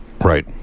Right